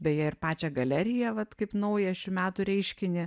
beje ir pačią galeriją vat kaip naują šių metų reiškinį